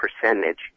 percentage